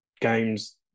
games